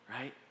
right